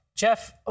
Jeff